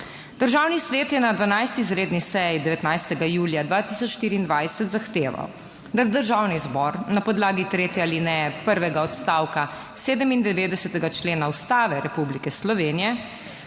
Državni svet je na 12. izredni seji, 19. julija 2024, zahteval, da Državni zbor na podlagi tretje alineje prvega odstavka 97. člena Ustave Republike Slovenije